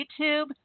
YouTube